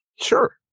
Sure